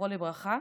זכרו לברכה,